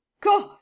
God